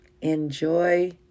enjoy